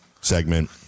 segment